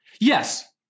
Yes